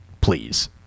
please